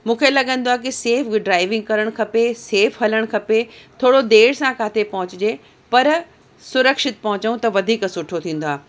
मूंखे लॻंदो आहे कि सेफ़ ड्रेइविंग करणु खपे सेफ़ हलणु खपे थोरो देरि सां किथे पहुचजे पर सुरक्षित पहुचजऊं त वधीक सुठो थींदो आहे